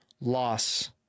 loss